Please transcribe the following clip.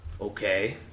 Okay